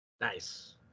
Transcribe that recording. Nice